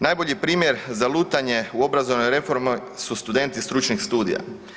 Najbolji primjer za lutanje u obrazovnoj reformi su studenti stručnih studija.